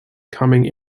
coming